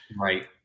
Right